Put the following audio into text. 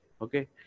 Okay